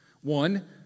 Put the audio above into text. One